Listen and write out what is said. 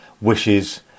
wishes